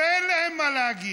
הרי אין להם מה להגיד.